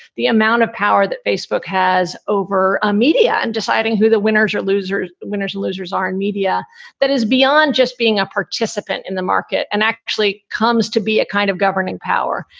the amount of power that facebook has over a media and deciding who the winners or losers, winners or losers are in media that is beyond just being a participant in the market and actually comes to be a kind of governing power.